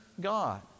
God